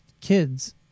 kids